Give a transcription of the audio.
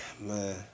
Man